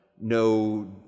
no